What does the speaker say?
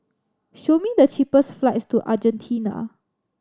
show me the cheapest flights to Argentina